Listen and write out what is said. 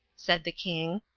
said the king.